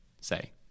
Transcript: say